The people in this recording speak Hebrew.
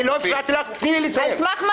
תני לי לסיים.